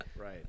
Right